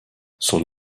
son